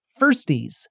firsties